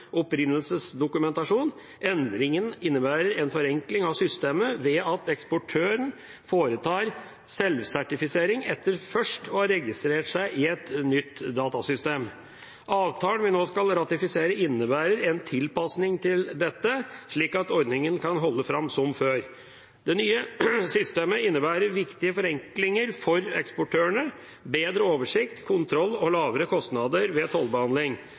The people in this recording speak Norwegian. opprinnelsesdokumentasjon. Endringen innebærer en forenkling av systemet ved at eksportøren foretar selvsertifisering etter først å ha registrert seg i et nytt datasystem. Avtalen vi nå skal ratifisere, innebærer en tilpasning til dette slik at ordningen kan holde fram som før. Det nye systemet innebærer viktige forenklinger for eksportørene, bedre oversikt, kontroll og lavere kostnader ved tollbehandling.